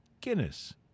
Guinness